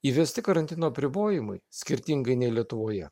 įvesti karantino apribojimai skirtingai nei lietuvoje